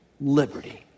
liberty